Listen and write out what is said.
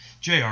JR